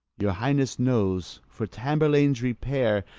your highness knows, for tamburlaine's repair,